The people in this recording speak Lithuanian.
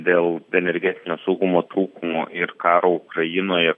dėl energetinio saugumo trūkumų ir karo ukrainoje